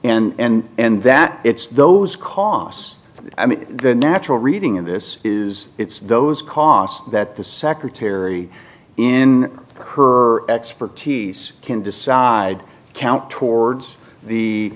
and and that it's those costs i mean the natural reading of this is it's those costs that the secretary in her expertise can decide count towards the